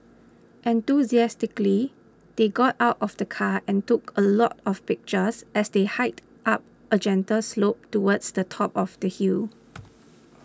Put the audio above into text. enthusiastically they got out of the car and took a lot of pictures as they hiked up a gentle slope towards the top of the hill